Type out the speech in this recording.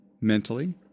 mentally